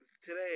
today